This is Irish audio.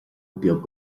beag